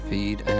Feed